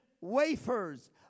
wafers